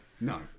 no